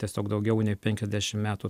tiesiog daugiau nei penkiasdešim metų